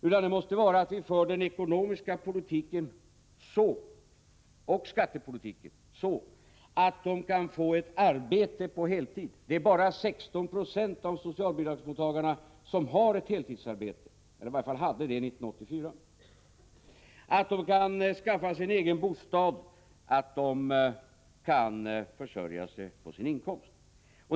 Vi måste i stället föra en sådan ekonomisk politik och skattepolitik att de kan få ett arbete på heltid. Det var år 1984 bara 16 96 av socialbidragstagarna som hade ett heltidsarbete. De skall kunna skaffa sig en egen bostad och försörja sig på sin inkomst.